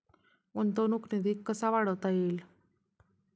गुंतवणूक निधी कसा वाढवता येईल?